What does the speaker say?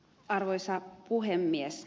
arvoisa puhemies